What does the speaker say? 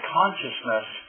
consciousness